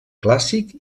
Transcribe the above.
clàssic